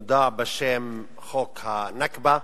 נודע בשם חוק ה"נכבה",